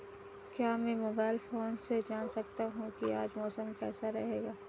क्या मैं mobile phone से जान सकता हूँ कि आज मौसम कैसा रहेगा?